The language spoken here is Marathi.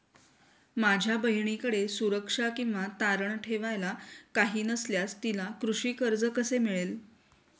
माझ्या बहिणीकडे सुरक्षा किंवा तारण ठेवायला काही नसल्यास तिला कृषी कर्ज कसे मिळेल?